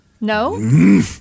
No